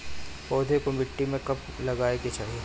पौधे को मिट्टी में कब लगावे के चाही?